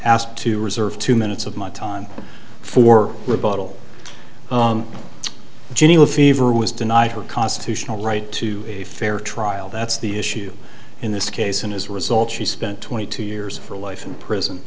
asked to reserve two minutes of my time for rebuttal geneva fever was denied her constitutional right to a fair trial that's the issue in this case and as result she spent twenty two years for life in prison